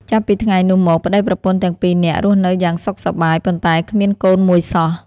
ចាប់ពីថ្ងៃនោះមក ប្តីប្រពន្ធទាំងពីរនាក់រស់នៅយ៉ាងសុខសប្បាយ ប៉ុន្តែគ្មានកូនមួយសោះ ។